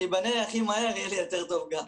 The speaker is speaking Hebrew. שייבנה הכי מהר, יהיה גם לי יותר טוב.